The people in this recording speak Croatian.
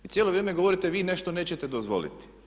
I cijelo vrijeme govorite vi nešto nećete dozvoliti.